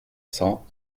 cent